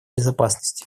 безопасности